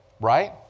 Right